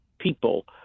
people